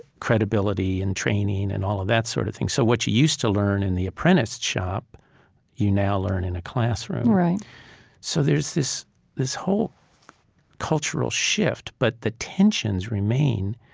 credibility and training, and all of that sort of thing. so what you used to learn in the apprentice shop you now learn in a classroom so there's this this whole cultural shift, but the tensions remain.